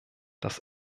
das